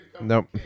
nope